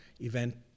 event